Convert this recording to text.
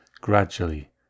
Gradually